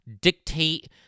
dictate